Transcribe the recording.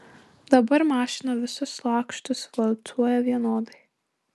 dabar mašina visus lakštus valcuoja vienodai